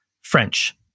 French